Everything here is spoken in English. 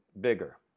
bigger